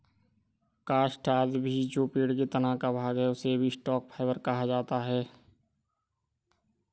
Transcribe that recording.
काष्ठ आदि भी जो पेड़ के तना का भाग है, उसे भी स्टॉक फाइवर कहा जाता है